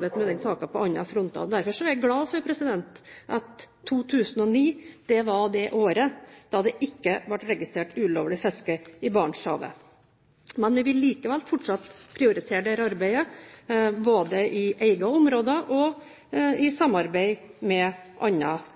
med denne saken på andre fronter. Derfor er jeg glad for at 2009 var det året da det ikke ble registrert ulovlig fiske i Barentshavet. Vi vil likevel fortsatt prioritere dette arbeidet, både i eget område og i samarbeid med